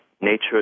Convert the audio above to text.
nature